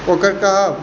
ओकर कहब